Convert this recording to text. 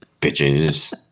Bitches